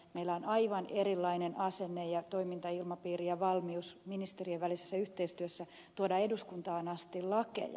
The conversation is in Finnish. meillä on aivan erilainen asenne ja toimintailmapiiri ja valmius ministerien välisessä yhteistyössä tuoda eduskuntaan asti lakeja